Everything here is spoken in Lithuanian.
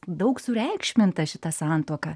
daug sureikšminta šita santuoka